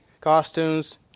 costumes